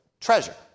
treasure